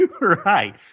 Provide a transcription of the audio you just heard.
Right